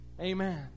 amen